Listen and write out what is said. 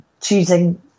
choosing